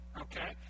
okay